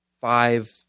five